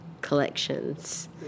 collections